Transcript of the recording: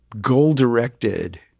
goal-directed